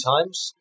times